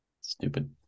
stupid